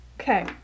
Okay